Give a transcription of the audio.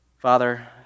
Father